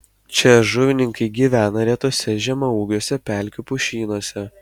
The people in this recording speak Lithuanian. čia žuvininkai gyvena retuose žemaūgiuose pelkių pušynuose